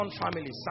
family